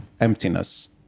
emptiness